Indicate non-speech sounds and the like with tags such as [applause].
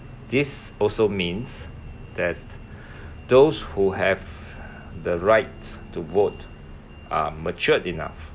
this also means that [breath] those who have [breath] the right to vote are matured enough